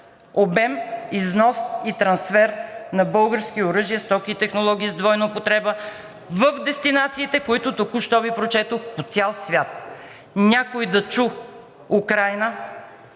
обем, износ и трансфер на български оръжия, стоки и технологии с двойна употреба в дестинациите, които току-що Ви прочетох, по цял свят. Някой да чу Украйна?